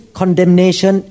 condemnation